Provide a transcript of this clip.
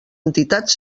entitats